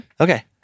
Okay